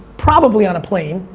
probably on a plane.